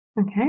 Okay